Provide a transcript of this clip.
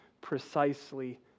precisely